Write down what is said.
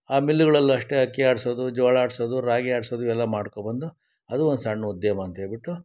ಆ ಮಿಲ್ಲುಗಳಲ್ಲು ಅಷ್ಟೇ ಅಕ್ಕಿ ಆಡಿಸೋದು ಜೋಳ ಆಡಿಸೋದು ರಾಗಿ ಆಡಿಸೋದು ಇವೆಲ್ಲ ಮಾಡ್ಕೋ ಬಂದು ಅದು ಒಂದು ಸಣ್ಣ ಉದ್ಯಮ ಅಂತ ಹೇಳ್ಬಿಟ್ಟು